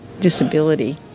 disability